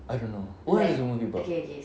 I don't know what is the movie about